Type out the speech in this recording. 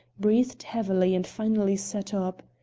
breathed heavily and finally sat up.